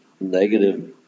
negative